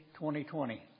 2020